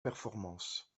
performance